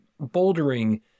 bouldering